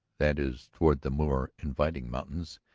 that is toward the more inviting mountains,